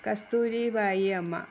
കസ്തൂരി ഭായി അമ്മ